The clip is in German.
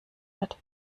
wird